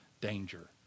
danger